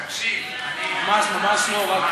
תקשיב, אני, ממש ממש לא.